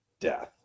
death